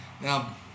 Now